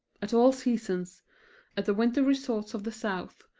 at all seasons at the winter resorts of the south,